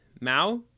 Mao